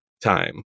time